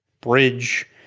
bridge